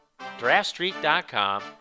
DraftStreet.com